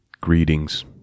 Greetings